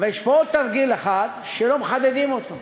אבל יש פה עוד תרגיל אחד, שלא מחדדים אותו,